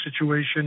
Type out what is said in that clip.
situation